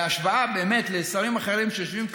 ובאמת בהשוואה לשרים אחרים שיושבים כאן,